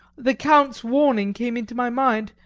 the count's warning came into my mind,